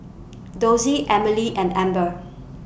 Dossie Emily and Eber